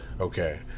Okay